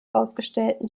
ausgestellten